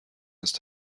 است